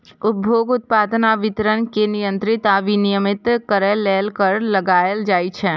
उपभोग, उत्पादन आ वितरण कें नियंत्रित आ विनियमित करै लेल कर लगाएल जाइ छै